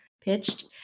pitched